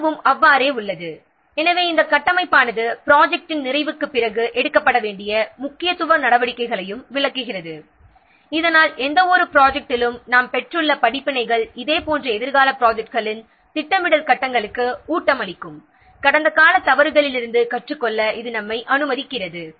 இதுவும் அவ்வாறே உள்ளது எனவே இந்த கட்டமைப்பானது ப்ராஜெக்ட்டின் நிறைவுக்குப் பிறகு எடுக்கப்பட வேண்டிய முக்கியத்துவ நடவடிக்கைகளையும் விளக்குகிறது இதனால் எந்தவொரு ப்ராஜெக்ட் டிலும் நாம் பெற்றுள்ள படிப்பினைகள் இதே போன்ற எதிர்கால ப்ராஜெக்ட்களின் திட்டமிடல் கட்டங்களுக்கு ஊட்டமளிக்கும் கடந்த கால தவறுகளிலிருந்து கற்றுக்கொள்ள இது நம்மை அனுமதிக்கிறது